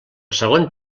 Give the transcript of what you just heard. segon